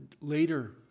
later